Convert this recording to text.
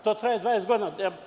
To traje 20 godina.